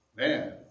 Man